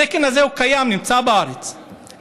התקן הזה קיים, הוא נמצא בארץ מ-2014,